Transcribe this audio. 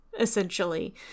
essentially